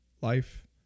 life